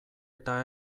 eta